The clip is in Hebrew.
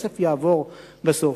הכסף יעבור בסוף.